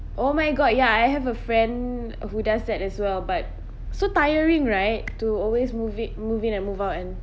oh my god ya I have a friend who does that as well but so tiring right to always move it move in and move out and